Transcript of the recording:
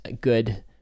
good